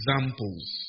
examples